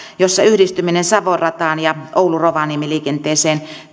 missä yhdistyminen savon rataan ja oulu rovaniemi liikenteeseen